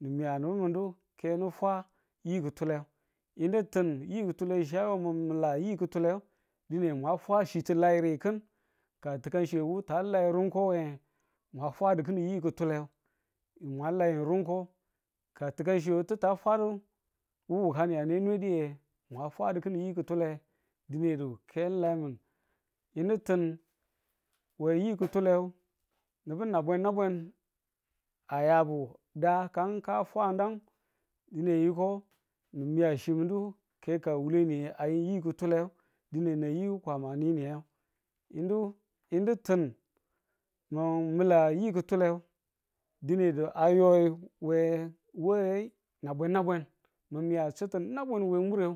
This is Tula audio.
ni miya no mudo kenu fwa yi ki̱tule. yinu tin, yi ki̱tule chi a yo mi̱ mi̱la yi ki̱tule tu dine mwa fwa chi ti lairi kin, ka ti̱kanchi wu ta lai rungko we nge mwa fadi kin yi ki̱tule mwa layi rungko ka ti̱kanchi ti̱ ta fwadu wu wukani a nwe nweduwe mwa fwadu ki̱ni yi ki̱tule dine du ken laimin yinu tin, we yi ki̱tulen nubu nabwen nabwen a yabu da kan ka fwadan dine yiko, ni̱ miya chi mindu ke kawule niye a yin yi ki̱tule dine nan yi kwama a nini̱n ne yinu yinu tin mo mi̱ mila yi ki̱tuletu dinedu a yo yi we way nabwen nabwen mi̱ miya chitu nabwen we mure